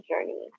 journey